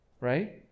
Right